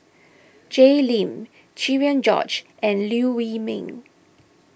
Jay Lim Cherian George and Liew Wee Mee